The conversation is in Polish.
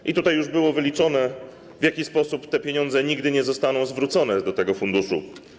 I tutaj już było wyliczone, w jaki sposób te pieniądze nigdy nie zostaną zwrócone do tego funduszu.